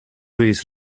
his